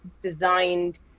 designed